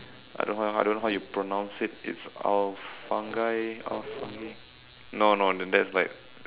I don't know how I don't know how you pronounce it it's al fungi al fungi no no the that's like